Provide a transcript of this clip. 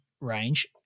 range